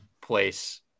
place